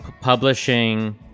publishing